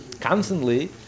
constantly